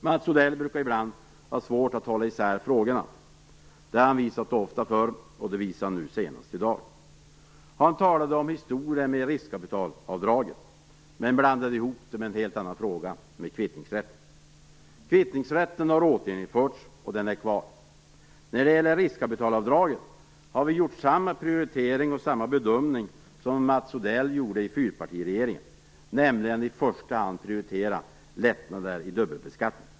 Mats Odell brukar i bland ha svårt att hålla isär frågorna. Det har han visat ofta förr, och det visade han nu senast i dag. Han talade om rikskapitalavdragets historia men blandade ihop det med en helt annan fråga, nämligen kvittningsrätten. Kvittningsrätten har återinförts, och den är kvar. När det gäller riskkapitalavdraget har vi gjort samma prioritering och bedömning som Mats Odell gjorde i fyrpartiregeringen, nämligen att i första hand prioritera lättnader i dubbelbeskattningen.